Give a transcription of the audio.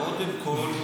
קודם כול,